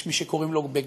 יש מי שקוראים לו גל,